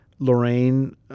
Lorraine